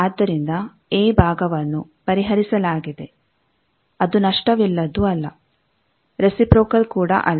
ಆದ್ದರಿಂದ ಎ ಭಾಗವನ್ನು ಪರಿಹರಿಸಲಾಗಿದೆ ಅದು ನಷ್ಟವಿಲ್ಲದ್ದು ಅಲ್ಲ ರೆಸಿಪ್ರೋಕಲ್ ಕೂಡ ಅಲ್ಲ